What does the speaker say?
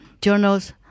journals